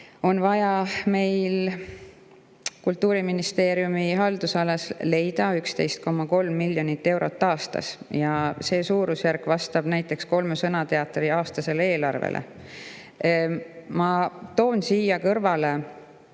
on vaja meil Kultuuriministeeriumi haldusalas leida 11,3 miljonit eurot aastas. See suurusjärk vastab näiteks kolme sõnateatri aastasele eelarvele. Ma toon siia kõrvale